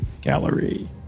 Gallery